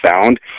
sound